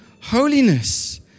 holiness